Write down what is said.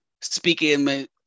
speaking